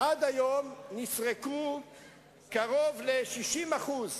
כי במאמץ שמשקיעים פה דרושות פגרות,